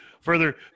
further